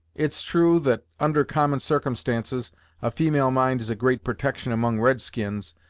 it's true, that under common sarcumstances a feeble mind is a great protection among red-skins,